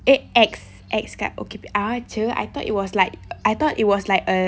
eh ex ex dekat ah aje I thought it was like I thought it was like eh